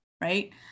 Right